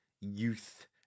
youth